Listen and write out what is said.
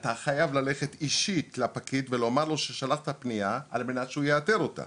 אתה חייב ללכת אישית לפקיד ולומר לו ששלחת פנייה על מנת שהוא יאתר אותה,